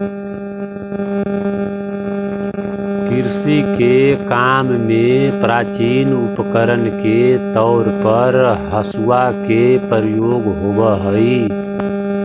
कृषि के काम में प्राचीन उपकरण के तौर पर हँसुआ के प्रयोग होवऽ हई